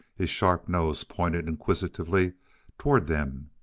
his sharp nose pointed inquisitively toward them.